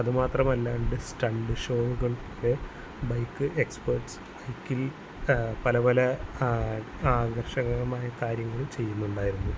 അതു മാത്രമല്ല എന്റെ സ്റ്റണ്ട് ഷോകളുടെ ബൈക്ക് എക്സ്പേർട്സ് ബൈക്കിൽ പല പല ആകർഷകമായ കാര്യങ്ങൾ ചെയ്യുന്നുണ്ടായിരുന്നു